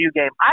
game